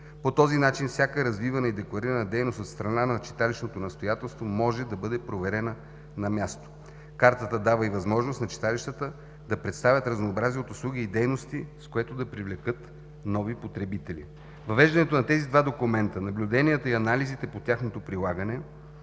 По този начин всяка развивана и декларирана дейност от страна на читалищното настоятелство може да бъде проверена на място. Картата дава и възможност на читалищата да представят разнообразие от услуги и дейности, с което да привлекат нови потребители. Въвеждането на тези два документа, наблюденията и анализите по тяхното прилагане